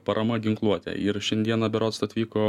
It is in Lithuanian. parama ginkluotė ir šiandieną berods atvyko